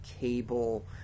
cable